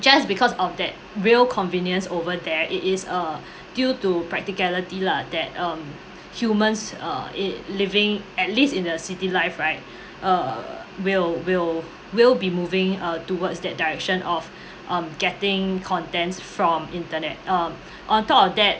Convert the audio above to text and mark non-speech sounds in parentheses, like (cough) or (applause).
just because of that real convenience over there it is uh (breath) due to practicality lah that um humans err i~ living at least in a city life right (breath) uh will will will be moving uh towards that direction of (breath) on getting contents from internet um on top of that